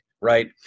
right